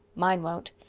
mine won't.